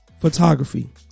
photography